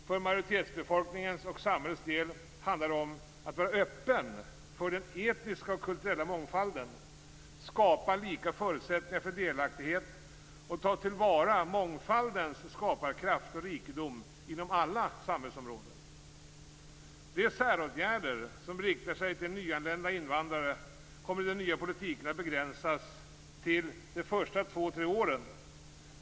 För majoritetsbefolkningens och samhällets del handlar det om att vara öppen för den etniska och kulturella mångfalden, skapa lika förutsättningar för delaktighet och ta till vara mångfaldens skaparkraft och rikedom inom alla samhällsområden. De säråtgärder som riktar sig till nyanlända invandrare kommer i den nya politiken att begränsas till de första två tre åren.